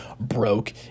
broke